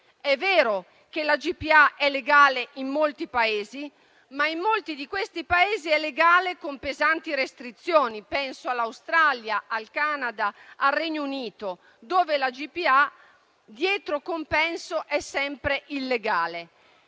È vero che la GPA è legale in molti Paesi, ma in molti di questi Paesi è legale con pesanti restrizioni: penso all'Australia, al Canada, al Regno Unito, dove la GPA dietro compenso è sempre illegale.